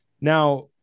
Now